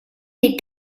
est